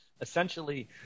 Essentially